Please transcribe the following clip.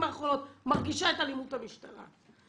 האחרונות מרגישה את אלימות המשטרה,